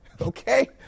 Okay